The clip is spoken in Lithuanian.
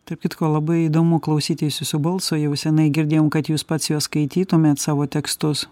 tarp kitko labai įdomu klausytis jūsų balso jau senai girdėjom kad jūs pats juos skaitytumėt savo tekstus